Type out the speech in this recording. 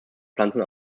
pflanzen